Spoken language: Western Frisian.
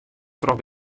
troch